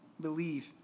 believe